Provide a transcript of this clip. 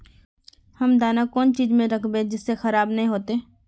हम दाना कौन चीज में राखबे जिससे खराब नय होते?